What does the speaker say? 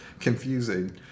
confusing